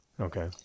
Okay